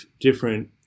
different